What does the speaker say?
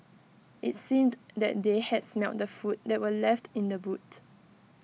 IT seemed that they had smelt the food that were left in the boot